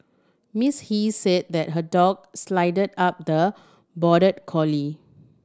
Miss He said that her dog sidled up the border collie